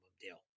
deal